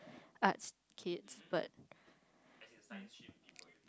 arts kids but